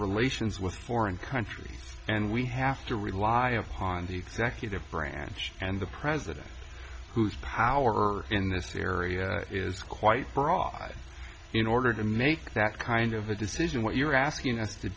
relations with a foreign country and we have to rely upon the executive branch and the president whose power in this area is quite broad in order to make that kind of a decision what you're asking us to